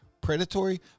predatory